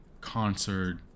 concert